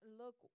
look